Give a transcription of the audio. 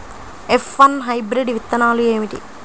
F one hybrid విత్తనాలు ఏమిటి?